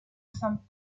son